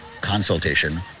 consultation